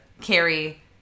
Carrie